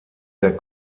der